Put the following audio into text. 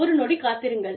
ஒரு நொடி காத்திருங்கள்